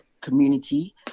community